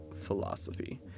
philosophy